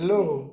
hello